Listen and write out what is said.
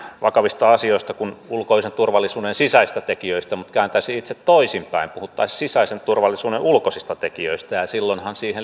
vakavista asioista kuin ulkoisen turvallisuuden sisäisistä tekijöistä mutta kääntäisin itse toisinpäin puhuttaisiin sisäisen turvallisuuden ulkoisista tekijöistä silloinhan siihen